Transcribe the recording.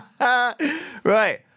right